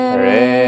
re